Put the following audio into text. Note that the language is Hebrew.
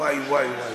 וואי וואי וואי.